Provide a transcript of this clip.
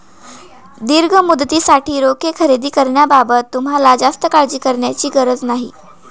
दीर्घ मुदतीसाठी रोखे खरेदी करण्याबाबत तुम्हाला जास्त काळजी करण्याची गरज नाही